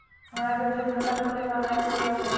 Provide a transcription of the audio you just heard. हमरा के बचत खाता खोले के आन लाइन तरीका बताईं?